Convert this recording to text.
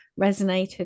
resonated